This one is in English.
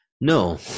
No